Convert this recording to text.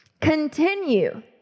Continue